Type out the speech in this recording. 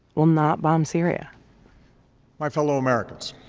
will not bomb syria my fellow americans.